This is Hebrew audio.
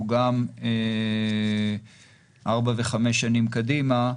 הוא גם ארבע וחמש שנים קדימה,